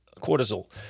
cortisol